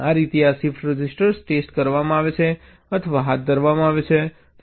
આ રીતે આ શિફ્ટ રજિસ્ટર ટેસ્ટ કરવામાં આવે છે અથવા હાથ ધરવામાં આવે છે